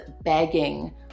begging